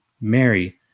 Mary